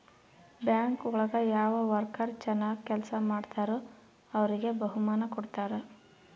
bank ಒಳಗ ಯಾವ worker ಚನಾಗ್ ಕೆಲ್ಸ ಮಾಡ್ತಾರೋ ಅವ್ರಿಗೆ ಬಹುಮಾನ ಕೊಡ್ತಾರ